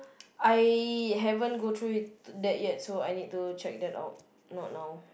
I haven't go through it yet so I need to check that out not now